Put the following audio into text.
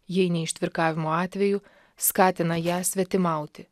jei ne ištvirkavimo atveju skatina ją svetimauti